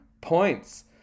points